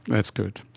that's good.